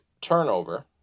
turnover